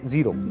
Zero